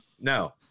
No